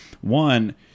one